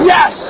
Yes